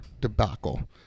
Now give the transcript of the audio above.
debacle